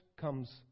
comes